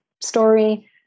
story